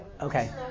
Okay